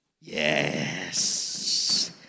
yes